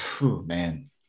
man